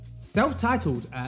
Self-titled